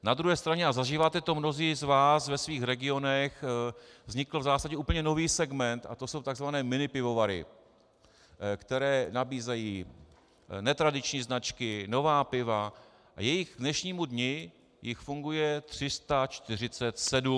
Na druhé straně, a zažíváte to mnozí z vás ve svých regionech, vznikl v zásadě úplně nový segment a to jsou tzv. minipivovary, které nabízejí netradiční značky, nová piva, k dnešnímu dni jich funguje 347.